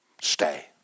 Stay